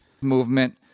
movement